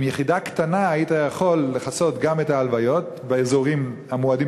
עם יחידה קטנה היית יכול לכסות גם את ההלוויות באזורים המועדים,